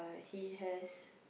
he has